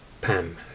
PAM